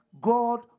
God